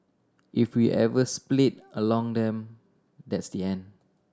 if we ever split along them that's the end